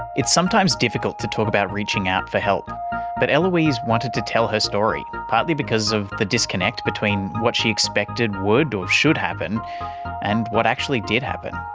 it's sometimes difficult to talk about reaching out for help but eloise wanted to tell her story, partly because of the disconnect between what she expected would or should happen and what actually did happen.